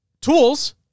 tools